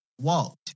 walked